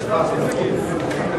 התשס"ט 2009,